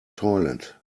toilet